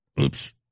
oops